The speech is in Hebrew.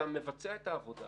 אתה מבצע את העבודה